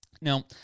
Now